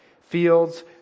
fields